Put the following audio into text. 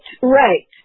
Right